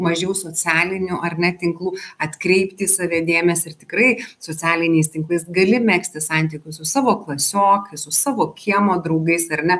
mažiau socialinių ar ne tinklų atkreipti į save dėmesį ir tikrai socialiniais tinklais gali megzti santykius su savo klasiokais su savo kiemo draugais ar ne